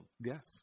yes